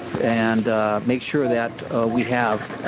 and make sure that we have